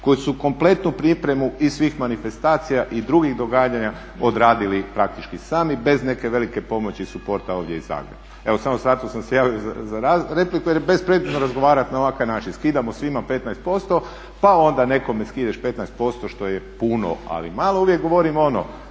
koje su kompletnu pripremu i svih manifestacija i drugih događanja odradili praktički sami bez neke velike pomoći i suporta ovdje iz Zagreba. Evo samo zato sam se javio za repliku, jer je bespredmetno razgovarati na ovakav način. Skidamo svima 15%, pa onda nekome skidaš 15% što je puno, ali malo. Uvijek govorim ono